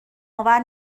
آور